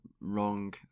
Wrong